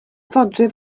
fodryb